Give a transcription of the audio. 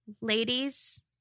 Ladies